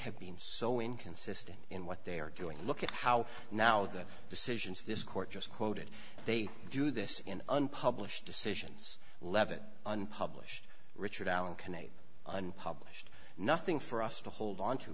have been so inconsistent in what they are doing look at how now the decisions of this court just quoted they do this in unpublished decisions levon unpublished richard allen canape unpublished nothing for us to hold onto